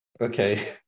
Okay